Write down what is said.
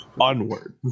Onward